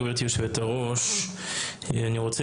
תודה, גברתי היושבת-ראש, אני רוצה